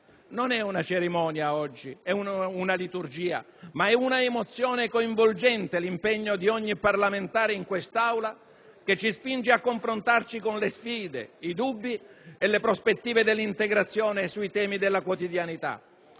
Non è una cerimonia o una liturgia quella di oggi, ma è un'emozione coinvolgente l'impegno di ogni parlamentare in questa Aula che ci spinge a confrontarci con le sfide, i dubbi e le prospettive dell'integrazione sui temi della quotidianità.